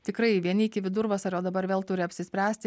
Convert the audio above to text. tikrai vieni iki vidurvasario dabar vėl turi apsispręsti